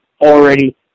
already